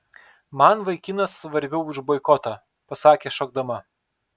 man vaikinas svarbiau už boikotą pasakė šokdama